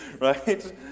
right